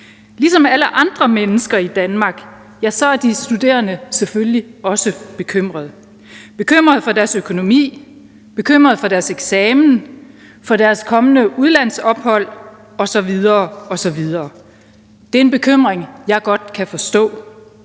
Ligesom alle andre mennesker i Danmark er de studerende selvfølgelig også bekymrede; bekymrede for deres økonomi, bekymrede for deres eksamen, for deres kommende udlandsophold osv. osv. Det er en bekymring, jeg godt kan forstå.